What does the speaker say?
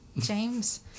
James